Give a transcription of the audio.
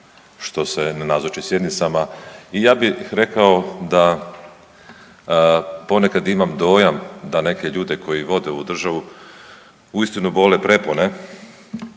što se ne nazoči sjednicama i ja bih rekao da ponekad imam dojam da neke ljude koji vode ovu državu uistinu bole prepone